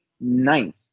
ninth